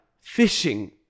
fishing